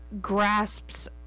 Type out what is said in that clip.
grasps